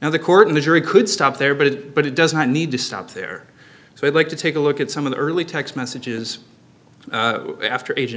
now the court and the jury could stop there but it but it doesn't need to stop there so i'd like to take a look at some of the early text messages after a